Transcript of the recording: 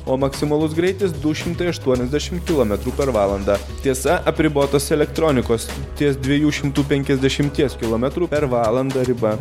o maksimalus greitis du šimtai aštuoniasdešim kilometrų per valandą tiesa apribotas elektronikos ties dviejų šimtų penkiasdešimties kilometrų per valandą riba